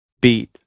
beat